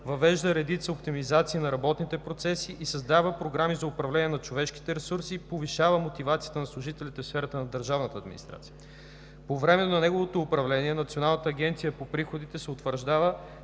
въвежда редица оптимизации на работните процеси, създава програми за управление на човешките ресурси и повишава мотивацията на служителите в сферата на държавната администрация. По време на неговото управление Националната агенция по приходите се утвърждава